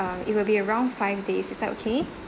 um it will be around five days is that okay